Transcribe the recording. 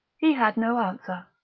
he had no answer.